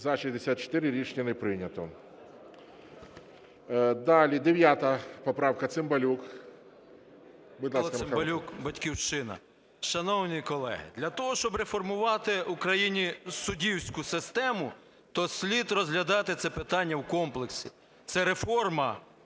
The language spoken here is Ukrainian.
За-64 Рішення не прийнято. Далі, 9 поправка. Цимбалюк, будь ласка. 12:48:36 ЦИМБАЛЮК М.М. Михайло Цимбалюк, "Батьківщина". Шановні колеги, для того, щоб реформувати в Україні суддівську систему, то слід розглядати це питання в комплексі. Це реформа